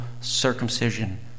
circumcision